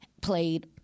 played –